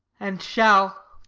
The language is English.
and shall,